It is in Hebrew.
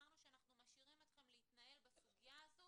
אמרנו שאנחנו משאירים אתכם להתנהל בסוגיה הזו